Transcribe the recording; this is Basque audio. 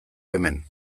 hemen